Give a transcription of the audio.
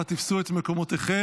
נא תפסו את מקומותיכם.